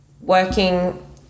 working